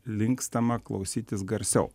linkstama klausytis garsiau